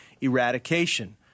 eradication